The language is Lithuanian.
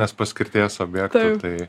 mes paskirties objektų tai